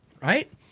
Right